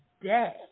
day